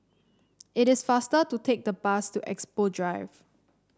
it is faster to take the bus to Expo Drive